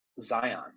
Zion